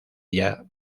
ella